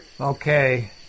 Okay